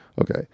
Okay